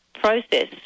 process